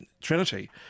Trinity